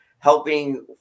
helping